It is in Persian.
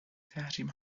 تحریم